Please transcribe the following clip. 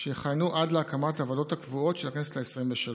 שיכהנו עד להקמת הוועדות הקבועות של הכנסת העשרים-ושלוש.